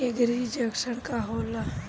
एगरी junction का होला?